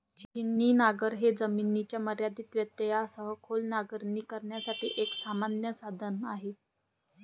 छिन्नी नांगर हे जमिनीच्या मर्यादित व्यत्ययासह खोल नांगरणी करण्यासाठी एक सामान्य साधन आहे